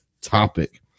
topic